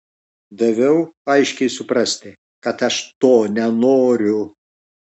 daviau aiškiai suprasti kad aš to nenoriu